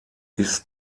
ist